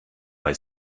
bei